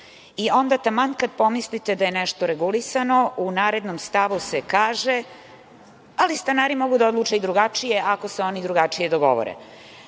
Taman kada pomislite da je nešto regulisano, u narednom stavu se kaže – ali stanari mogu da odluče i drugačije, ako se oni drugačije dogovore. Moj